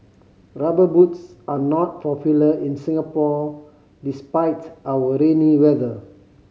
Rubber Boots are not popular in Singapore despite our rainy weather